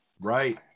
Right